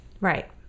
Right